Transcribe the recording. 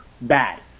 bad